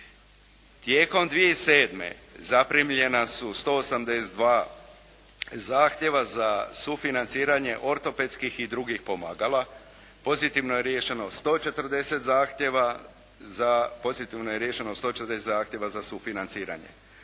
Tijekom 2007. zaprimljena su 182 zahtjeva za sufinanciranje ortopedskih pomagala. Pozitivno je riješeno 140 zahtjeva za sufinanciranje.